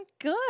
good